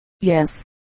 Yes